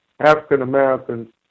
African-Americans